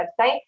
website